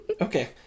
okay